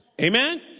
Amen